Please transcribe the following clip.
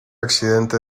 accidente